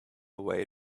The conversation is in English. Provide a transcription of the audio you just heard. way